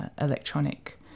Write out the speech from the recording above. electronic